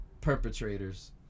perpetrators